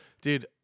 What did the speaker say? Dude